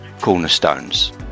cornerstones